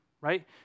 right